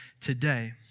today